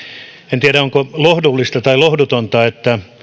en tiedä onko lohdullista vai lohdutonta että